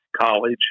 College